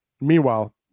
Meanwhile